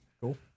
Cool